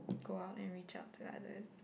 go out and reach out to others